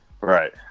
Right